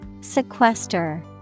sequester